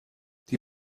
die